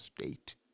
state